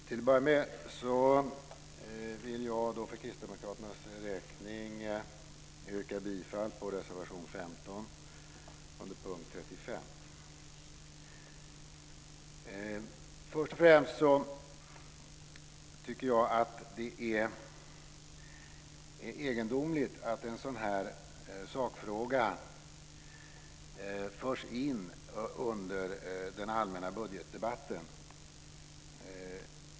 Till att börja med vill jag för Kristdemokraternas räkning yrka bifall till reservation 15 Först och främst tycker jag att det är egendomligt att en sådan här sakfråga förs in under den allmänna budgetdebatten.